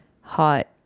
hot